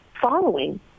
following